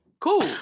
Cool